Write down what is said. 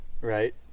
right